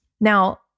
Now